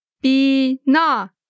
Bina